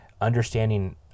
understanding